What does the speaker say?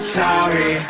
sorry